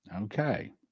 Okay